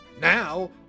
Now